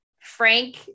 Frank